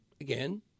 again